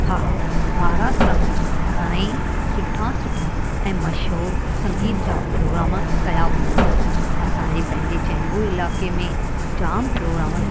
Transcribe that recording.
हा महाराष्ट्रा में घणा ई सुठा सुठा ऐं मशहूरु संगीत जा प्रोग्राम कया वञनि था असांजे पंहिंजे चेंबूर इलाइक़े में जामु प्रोग्राम